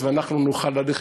לא חלילה כי אני הולך